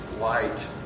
Light